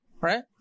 right